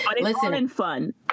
listen